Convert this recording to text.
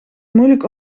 moeilijk